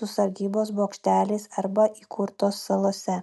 su sargybos bokšteliais arba įkurtos salose